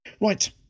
Right